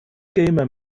gamer